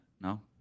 no